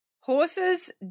Horses